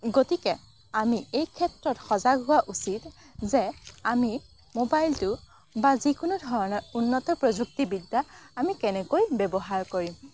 গতিকে আমি এই ক্ষেত্ৰত সজাগ হোৱা উচিত যে আমি মোবাইলটো বা যিকোনো ধৰণৰ উন্নত প্ৰযুক্তিবিদ্যা আমি কেনেকৈ ব্যৱহাৰ কৰিম